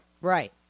Right